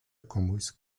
комусь